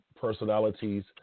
personalities